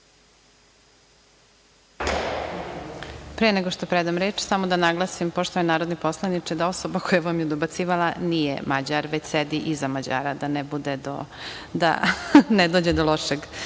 Pre nego što predam reč, samo da naglasim, poštovani narodni poslaniče, da osoba koja vam je dobacivala nije Mađar, već sedi iza Mađara, da ne dođe do lošeg